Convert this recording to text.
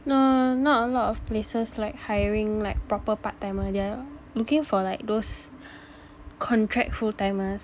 no not a lot of places like hiring like proper part-timer they are looking for like those contract full-timers